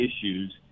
issues